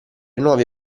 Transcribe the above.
nuovi